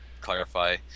clarify